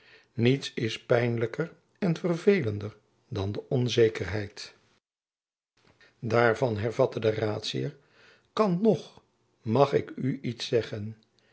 niets is pijnlijker en verveelender dan de onzekerheid daarvan hervatte de raadsheer kan noch mag ik u iets zeggen